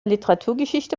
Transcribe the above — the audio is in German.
literaturgeschichte